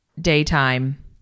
daytime